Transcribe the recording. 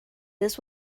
this